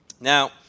Now